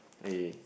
okay